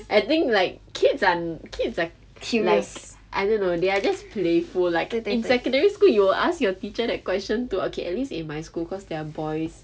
I think like kids are kids are nice I don't know they are just playful like in secondary school you'll ask your teacher that question to okay at least in my school cause there are boys